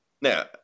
Now